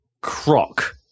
Croc